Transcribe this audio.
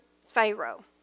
Pharaoh